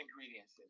ingredients